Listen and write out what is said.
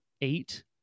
eight